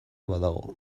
badago